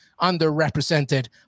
underrepresented